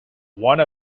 one